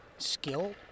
skill